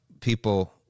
people